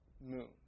moon